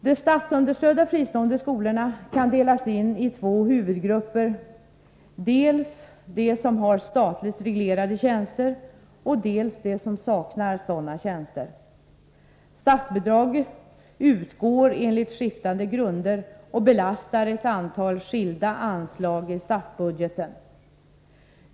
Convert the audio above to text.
De statsunderstödda fristående skolorna kan delas in i två huvudgrupper, dels de som har statligt reglerade tjänster, dels de som saknar sådana tjänster. Statsbidraget utgår enligt skiftande grunder och belastar ett antal skilda anslag i statsbudgeten.